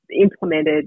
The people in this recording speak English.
implemented